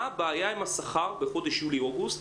מה הבעיה עם השכר בחודש יולי אוגוסט,